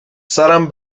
سرم